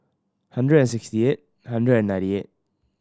hundred and sixty eight hundred and ninety eight